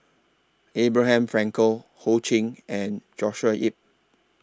Abraham Frankel Ho Ching and Joshua Ip